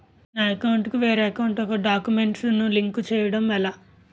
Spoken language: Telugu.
నా అకౌంట్ కు వేరే అకౌంట్ ఒక గడాక్యుమెంట్స్ ను లింక్ చేయడం ఎలా?